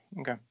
Okay